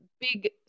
big